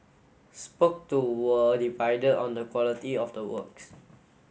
spoke to were divided on the quality of the works